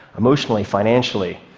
emotionally, financially,